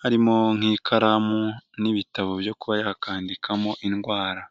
harimo nk'ikaramu n'ibitabo byo kuba yakandikamo indwara.